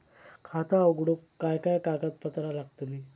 खाता उघडूक काय काय कागदपत्रा लागतली?